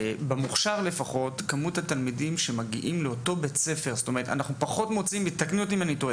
במוכש"ר, לפחות, אנחנו יכולים למצוא בית ספר